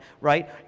right